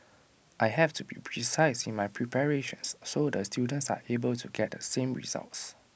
I have to be precise in my preparations so the students are able to get the same results